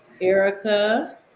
Erica